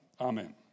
Amen